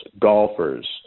golfers